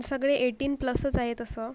सगळे एटीन प्लसच आहे तसं